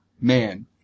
man